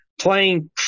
playing